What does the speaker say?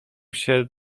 się